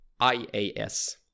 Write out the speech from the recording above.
IAS